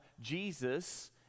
Jesus